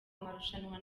amarushanwa